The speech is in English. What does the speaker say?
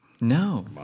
No